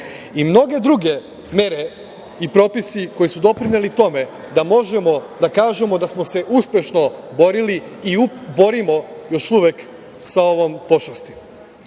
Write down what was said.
i mnoge druge mere i propisi koji su doprineli tome da možemo da kažemo da smo se uspešno borili i borimo još uvek sa ovom